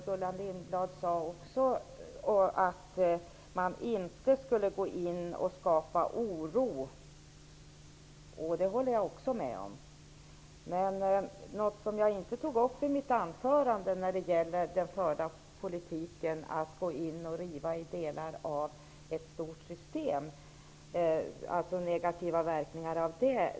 Gullan Lindblad sade att man inte skulle skapa oro, och det håller jag också med om. Den förda politiken innebär att man går in och river i delar av ett stort system. Jag tog inte i mitt anförande upp de negativa verkningarna av detta.